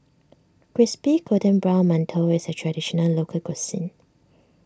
Crispy Golden Brown Mantou is a Traditional Local Cuisine